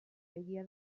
egia